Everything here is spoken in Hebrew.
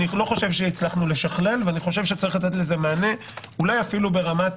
לא הצלחנו לשכלל ויש לתת לזה מענה אולי אפילו ברמת